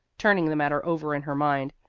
turning the matter over in her mind,